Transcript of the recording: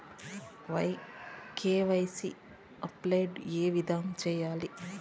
KYC update ఏ విధంగా సేయాలి?